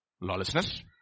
Lawlessness